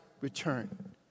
return